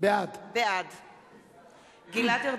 בעד גלעד ארדן,